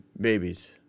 babies